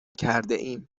کردهایم